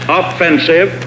offensive